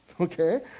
Okay